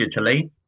digitally